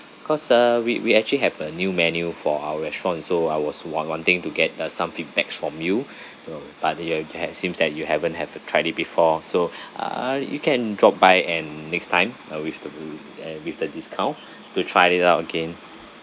because uh we we actually have a new menu for our restaurant so I was want wanting to get uh some feedbacks from you you know but you have you have seems that you haven't have to tried it before so ah uh you can drop by and next time ah with the bo~ and with the discount to try it out again